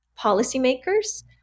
policymakers